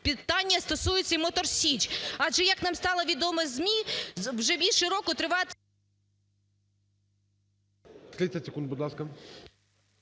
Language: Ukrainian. питання стосується і "Мотор Січ". Адже, як нам стало відомо зі ЗМІ, вже більше року… ГОЛОВУЮЧИЙ. 30 секунд, будь ласка.